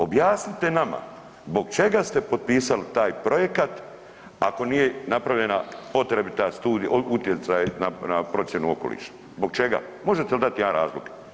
Objasnite nama zbog čega ste potpisali taj projekat ako nije napravljena potrebita studija, utjecaj na procjenu okoliša, zbog čega, možete li dati jedan razlog?